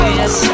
yes